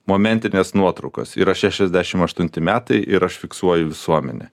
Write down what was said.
momentinės nuotraukos yra šešiasdešimt aštunti metai ir aš fiksuoju visuomenę